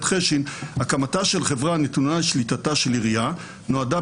חשין: "הקמתה של חברה הנתונה לשליטתה של עירייה נועדה,